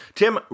tim